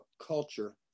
culture